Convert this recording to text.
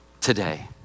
today